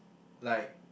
like